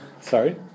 Sorry